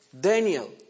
Daniel